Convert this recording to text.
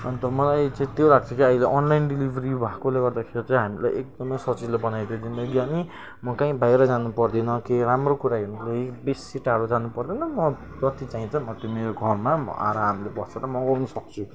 अन्त मलाई चाहिँ त्यो लाग्छ कि अहिले अनलाइन डेलिभरी भएकोले गर्दाखेरि चाहिँ हामीलाई एकदमै सजिलो बनाइदियो जिन्दगी अनि म कहीँ बाहिर जानु पर्दैन केही राम्रो कुरा हेर्नुको लागि बेसी टाढो जानु पर्दैन म जति चाहिन्छ म त्यो मेरो घरमा आरामले बसेर मगाउनु सक्छु